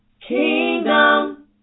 Kingdom